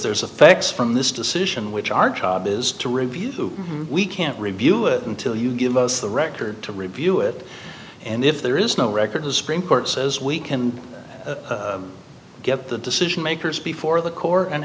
there's a fax from this decision which our job is to review we can't review it until you give us the record to review it and if there is no record the supreme court says we can get the decision makers before the court and